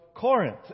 Corinth